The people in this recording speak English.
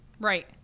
right